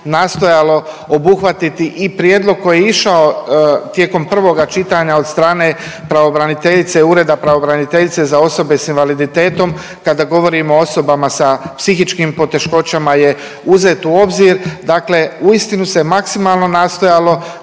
nastojalo obuhvatiti i prijedlog koji je išao tijekom prvoga čitanja od strane pravobraniteljice Ureda pravobraniteljice za osobe sa invaliditetom kada govorimo o osobama sa psihičkim poteškoćama je uzet u obzir. Dakle, uistinu se maksimalno nastojalo